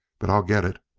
but i'll get it!